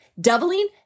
doubling